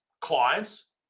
clients